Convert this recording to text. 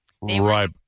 Right